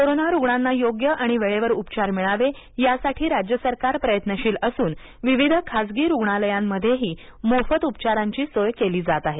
corona रुग्णांना योग्य आणि वेळेवर उपचार मिळावे यासाठी राज्य सरकार प्रयत्नशील असून विविध खासगी रुग्णालयांमध्येही मोफत उपचारांची सोय केली जात आहे